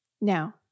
Now